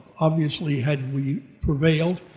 obviously had we prevailed,